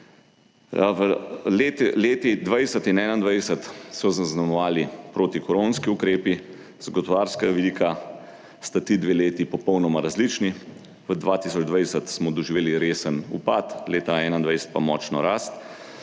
2020 in 2021, so zaznamovali protikoronski ukrepi. Z gospodarskega vidika sta ti dve leti popolnoma različni. V 2020 smo doživeli resen upad, leta 2021 pa močno rast,